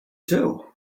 too